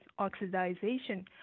oxidization